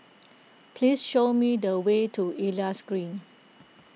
please show me the way to Elias Green